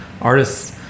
artists